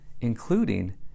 including